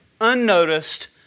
unnoticed